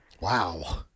Wow